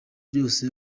byose